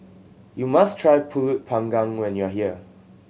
you must try Pulut Panggang when you are here